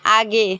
आगे